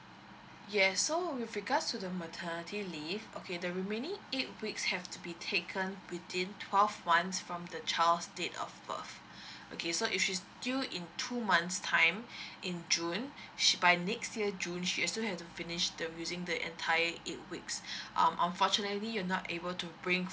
yes so with regards to the maternity leave okay the remaining eight weeks have to be taken within twelve months from the child's date of birth okay so if she's due in two months time in june she by next year june she will still have to finish the using the entire eight weeks um unfortunately you not able to bring